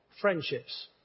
friendships